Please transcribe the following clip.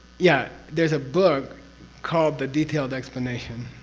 yeah, there's a book called the detailed explanation